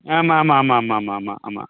ஆமாம் ஆமாம் ஆமாம் ஆமாம் ஆமாம் ஆமாம் ஆமாம்